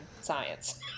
science